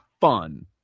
fun